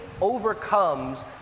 overcomes